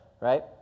right